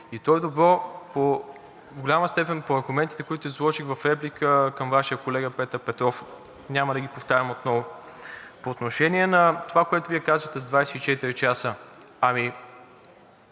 И то е добро в голяма степен по аргументите, които изложих в реплика към Вашия колега Петър Петров – няма да ги повтарям отново. По отношение това, което Вие казвате – за 24 часа. Аз